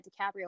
DiCaprio